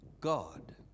God